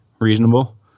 reasonable